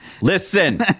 Listen